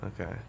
Okay